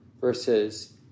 versus